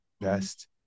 best